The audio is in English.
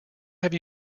have